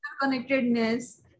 connectedness